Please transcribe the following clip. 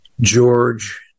George